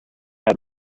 had